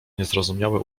niezrozumiały